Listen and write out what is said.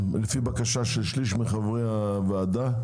לפי בקשת שליש מחברי הוועדה